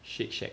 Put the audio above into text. Shake Shack